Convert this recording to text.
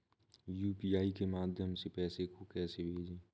UPI के माध्यम से पैसे को कैसे भेजें?